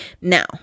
Now